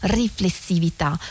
riflessività